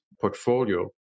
portfolio